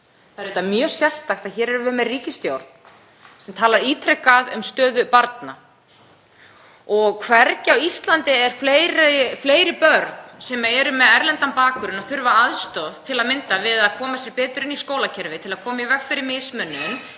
Það er mjög sérstakt að hér erum við með ríkisstjórn sem talar ítrekað um stöðu barna og hvergi á Íslandi eru fleiri börn sem eru með erlendan bakgrunn og þurfa aðstoð til að mynda við að koma sér betur inn í skólakerfið, til að koma í veg fyrir mismunun,